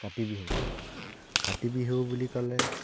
কাতি বিহু কাতি বিহু বুলি ক'লে